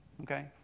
okay